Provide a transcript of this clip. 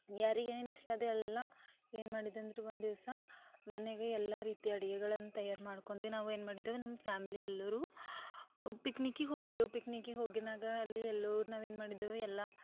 ಯಾರಿಗೆ ಏನೇನು ಇಷ್ಟ ಅದೆಲ್ಲ ಏನು ಮಾಡಿದೆ ಅಂದರೆ ಒಂದಿವ್ಸ ಮನೆಗೆ ಎಲ್ಲ ರೀತಿ ಅಡಿಗೆಗಳನ್ನು ತಯಾರು ಮಾಡ್ಕೊಂಡಿ ನಾವು ಏನು ಮಾಡಿದ್ದೆವು ನಮ್ಮ ಫ್ಯಾಮಿಲಿ ಎಲ್ಲರು ಪಿಕ್ನಿಕ್ಗೆ ಹೋಗಿದ್ದೆವು ಪಿಕ್ನಿಕ್ಗೆ ಹೋಗಿನಾಗ ಅಲ್ಲಿ ಎಲ್ಲೋರು ನಾವು ಏನು ಮಾಡಿದ್ದೆವು ಎಲ್ಲ